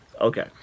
Okay